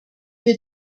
wir